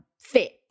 fit